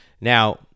Now